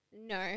No